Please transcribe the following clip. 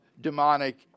demonic